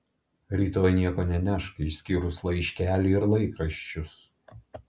rytoj nieko nenešk išskyrus laiškelį ir laikraščius